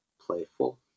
playful